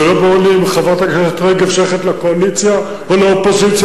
שלא ברור לי ממנו אם חברת הכנסת רגב שייכת לקואליציה או לאופוזיציה.